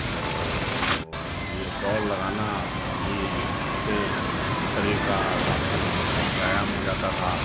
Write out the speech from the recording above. तो ओ ये दौड़ लगाना भी इससे शरीर का काफ़ी व्यायाम हो जाता था